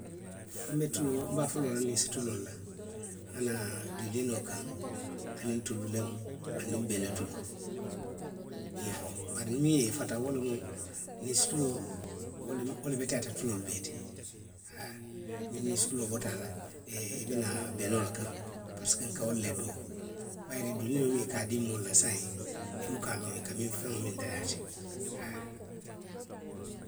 Nbe tuloo, nbe a foloo la ninsi tuloo le la, nŋa naa duwiliinoo kaŋ. aniŋ tulu wuleŋo, aniŋ bene tuloo iyoo bari miŋ ye i fata wo lemu, ninsi tuloo wo le, wo le beteyaata tuloolu bee ti haa. Niŋ ninsi tuloo bota a la. ee i bi naa benoo le kaŋ, parisiko nka wolu le doo. bayiri duwiliinoo miŋ a ka a dii moolu la saayiŋ, i muka a loŋ a ka miŋ, i ka feŋo miŋ dadaa a ti, haa,.